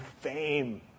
fame